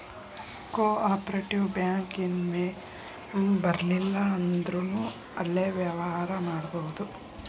co operative bank ಇನ್ ಮೆಂಬರಿರ್ಲಿಲ್ಲಂದ್ರುನೂ ಅಲ್ಲೆ ವ್ಯವ್ಹಾರಾ ಮಾಡ್ಬೊದು